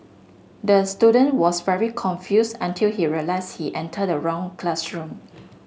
the student was very confused until he realised he entered the wrong classroom